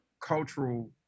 cultural